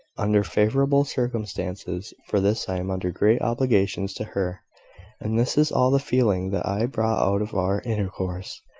under favourable circumstances. for this i am under great obligations to her and this is all the feeling that i brought out of our intercourse.